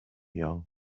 young